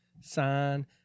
Sign